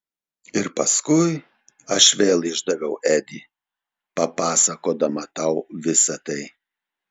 ir paskui aš vėl išdaviau edį papasakodama tau visa tai